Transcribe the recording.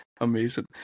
Amazing